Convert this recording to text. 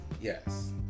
Yes